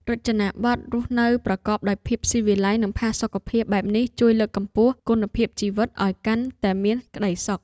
រចនាបថរស់នៅប្រកបដោយភាពស៊ីវិល័យនិងផាសុកភាពបែបនេះជួយលើកកម្ពស់គុណភាពជីវិតឱ្យកាន់តែមានក្តីសុខ។